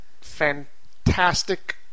fantastic